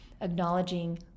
acknowledging